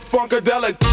Funkadelic